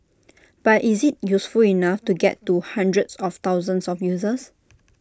but is IT useful enough to get to hundreds of thousands of users